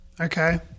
Okay